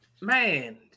man